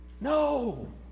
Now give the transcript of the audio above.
No